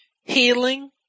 Healing